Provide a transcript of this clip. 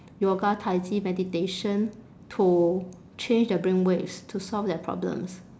yoga tai-chi meditation to change their brainwaves to solve their problems